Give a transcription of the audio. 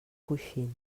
coixins